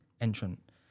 entrant